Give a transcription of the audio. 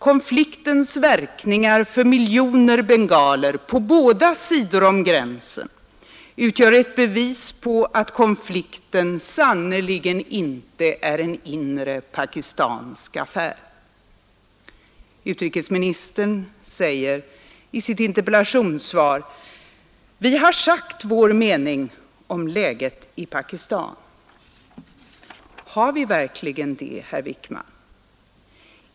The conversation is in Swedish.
Konfliktens verkningar för miljoner bengaler på båda sidor om gränsen utgör ett bevis på att konflikten sannerligen inte är en inre pakistansk affär. Utrikesministern säger i sitt interpellationssvar: ”Vi har sagt vår mening om läget i Pakistan.” Har vi verkligen det, herr Wickman?